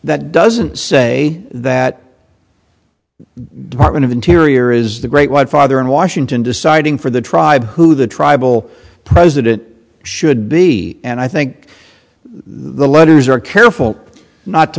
that doesn't say that department of interior is the great white father in washington deciding for the tribe who the tribal president should be and i think the lenders are careful not to